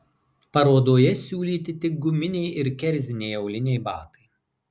parodoje siūlyti tik guminiai ir kerziniai auliniai batai